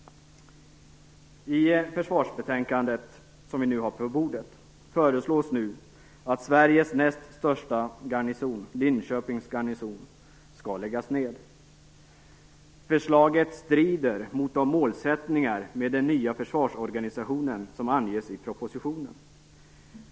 I försvarsbetänkandet, som vi nu har på bordet, föreslås att Sveriges näst största garnison, Linköpings Garnison, skall läggas ned. Förslaget strider mot de målsättningar med den nya försvarsorganisationen som anges i propositionen.